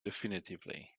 definitively